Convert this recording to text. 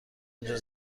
اینجا